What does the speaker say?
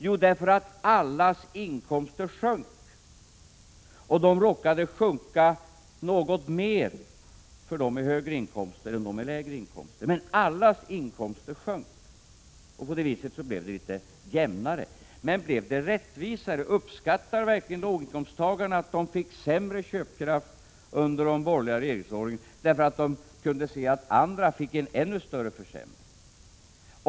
Jo, därför att allas inkomster sjönk! Och inkomsterna råkade sjunka något mer för dem med högre inkomster än för dem med lägre. Men allas inkomster sjönk, och på det viset blev det litet jämnare. Men blev det rättvisare? Uppskattade verkligen låginkomsttagarna att de fick sämre köpkraft under de borgerliga regeringsåren därför att de kunde se att andra fick en ännu större försämring?